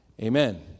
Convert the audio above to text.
Amen